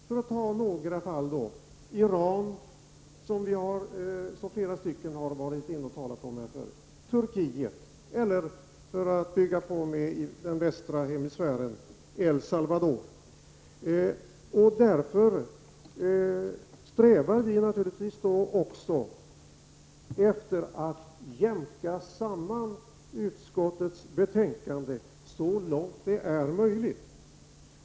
Som ett exempel har vi Iran som många har talat om tidigare och Turkiet. För att bygga på med den västra hemisfären har vi El Salvador. Därför strävar vi naturligtvis också efter att jämka samman utskottets betänkande så långt det är möjligt.